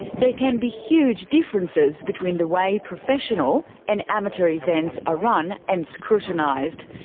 there can be huge differences between the way professional and amateur events are run and scrutinised.